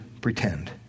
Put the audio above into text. pretend